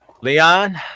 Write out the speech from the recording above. Leon